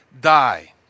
die